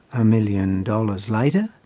a million dollars later,